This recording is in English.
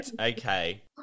Okay